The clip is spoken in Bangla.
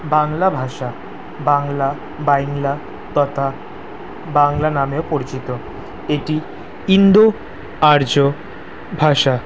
বাংলা ভাষা বাংলা বাইংলা তথা বাংলা নামেও পরিচিত এটি ইন্দো আর্য ভাষা